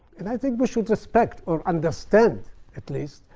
and i think we should respect, or understand at least,